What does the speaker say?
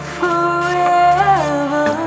forever